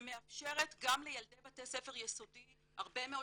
שמאפשרת גם לילדי בתי ספר יסודי הרבה מאוד